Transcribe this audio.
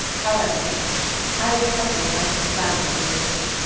however, we shall see. i will tell you of my little plans when we meet.